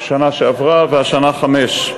בשנה שעברה, והשנה, חמש.